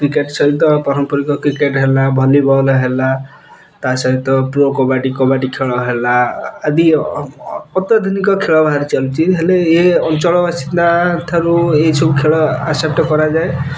cricket ସହିତ ପାରମ୍ପରିକ cricket ହେଲା ଭଲିବଲ୍ ହେଲା ତା ସହିତ ପ୍ରୋ କବାଡ଼ି କବାଡ଼ି ଖେଳ ହେଲା ଆଦି ଅତ୍ୟାଧୁନିକ ଖେଳ ବାହାରି ଚାଲୁଛି ହେଲେ ଏ ଅଞ୍ଚଳବାସିନ୍ଦା ଠାରୁ ଏସବୁ ଖେଳ ଆସେପ୍ଟ କରାଯାଏ